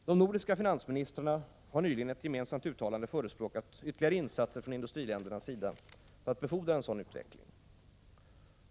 De nordiska finansministrarna har nyligen i ett gemensamt uttalande förespråkat ytterligare insatser från industriländernas sida för att befordra en sådan utveckling.